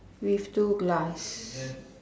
with two glass